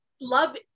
love